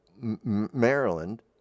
Maryland